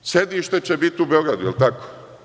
Sedište će biti u Beogradu, jel tako?